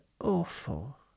awful